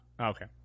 Okay